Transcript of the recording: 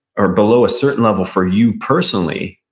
or below a certain level for you, personally,